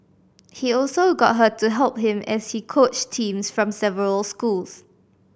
he also got her to help him as he coached teams from several schools